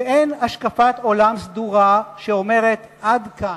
ואין השקפת עולם סדורה שאומרת: עד כאן,